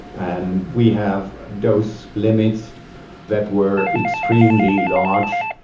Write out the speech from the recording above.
and we have dose limits that were extremely large.